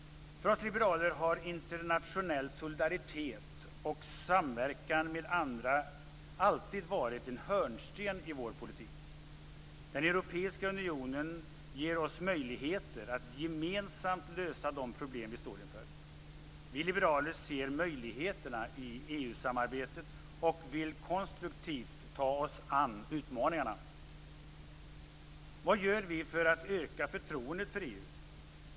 För oss liberaler har internationell solidaritet och samverkan med andra alltid varit en hörnsten i vår politik. Den europeiska unionen ger oss möjligheter att gemensamt lösa de problem vi står inför. Vi liberaler ser möjligheterna i EU-samarbetet och vill konstruktivt ta oss an utmaningarna. Vad gör vi för att öka förtroendet för EU?